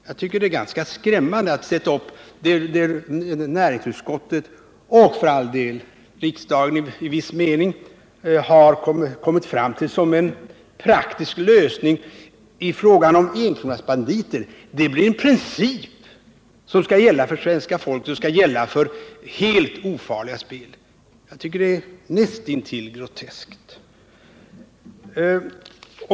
Jag tycker det är ganska skrämmande att man här sätter upp vad näringsutskottet och, för all del, riksdagen i viss mening har kommit fram till som en praktisk lösning i frågan om enkronasbanditer och låta det bli en princip som skall gälla för svenska folket och som skall gälla för helt ofarliga spel. Jag tycker det är näst intill groteskt.